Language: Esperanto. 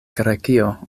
grekio